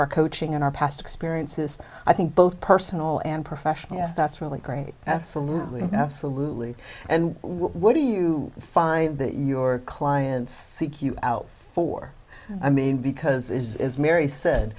our coaching and our past experiences i think both personal and professional has that's really great absolutely absolutely and what do you find that your clients seek you out for i mean because it is mary said